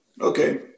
okay